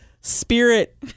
Spirit